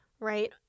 Right